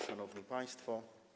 Szanowni Państwo!